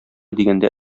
дигәндә